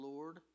Lord